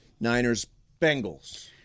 Niners-Bengals